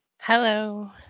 Hello